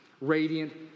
Radiant